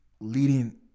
leading